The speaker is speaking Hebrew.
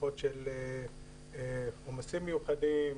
בתקופות של עומסים מיוחדים,